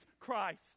Christ